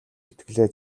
сэтгэлээ